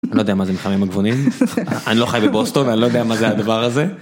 אני לא יודע מה זה מחמם מגבונים, אני לא חי בבוסטון, אני לא יודע מה זה הדבר הזה.